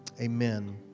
amen